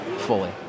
fully